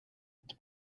het